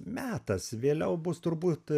metas vėliau bus turbūt